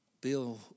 Bill